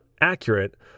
accurate